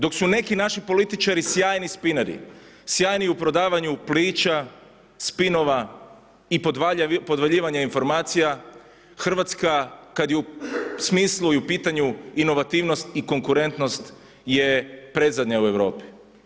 Dok su neki naši političari sjajni spineri, sjajni u prodavanju priča, spinova i podvaljivanja informacija Hrvatska kad je u smislu i u pitanju inovativnost i konkurentnost je predzadnja u Europi.